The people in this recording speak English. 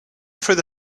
through